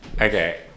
Okay